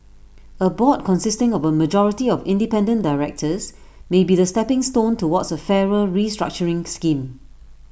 A board consisting of A majority of independent directors may be the stepping stone towards A fairer restructuring scheme